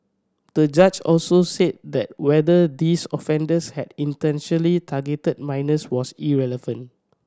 the judge also said that whether these offenders had intentionally targeted minors was irrelevant